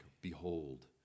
Behold